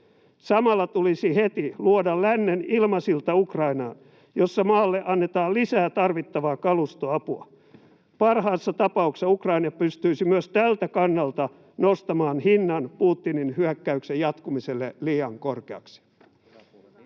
Samalla tulisi heti luoda lännen ilmasilta Ukrainaan, jossa maalle annetaan lisää tarvittavaa kalustoapua. Parhaassa tapauksessa Ukraina pystyisi myös tältä kannalta nostamaan hinnan Putinin hyökkäyksen jatkumiselle liian korkeaksi.